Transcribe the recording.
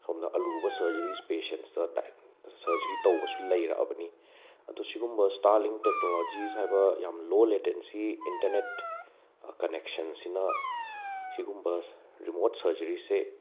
ꯁꯣꯝꯗ ꯑꯂꯨꯕ ꯁꯔꯖꯔꯤꯁ ꯄꯦꯁꯟꯗ ꯁꯔꯖꯔꯤ ꯇꯧꯕꯁꯨ ꯂꯩꯔꯛꯑꯕꯅꯤ ꯑꯗꯣꯁꯤꯒꯨꯝꯕ ꯁ꯭ꯇꯥꯂꯤꯡ ꯇꯦꯛꯅꯣꯂꯣꯖꯤ ꯍꯥꯏꯕ ꯌꯥꯝ ꯂꯣꯜ ꯂꯦꯇꯦꯟꯁꯤ ꯏꯟꯇꯔꯅꯦꯠ ꯀꯅꯦꯛꯁꯟꯁꯤꯅ ꯁꯤꯒꯨꯝꯕ ꯔꯤꯃꯣꯠ ꯁꯔꯖꯔꯤꯁꯦ